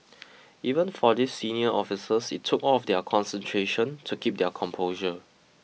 even for these senior officers it took all of their concentration to keep their composure